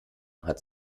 hat